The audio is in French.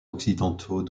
occidentaux